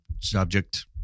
subject